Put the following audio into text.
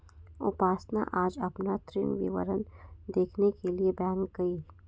उपासना आज अपना ऋण विवरण देखने के लिए बैंक गई